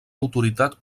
autoritat